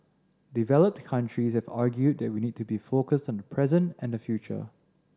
developed countries have argued that we need to be focused on the present and the future